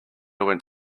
went